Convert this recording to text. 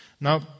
Now